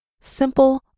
simple